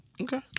Okay